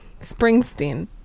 Springsteen